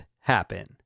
happen